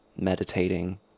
meditating